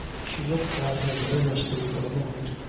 she looked on him earnestly for a moment,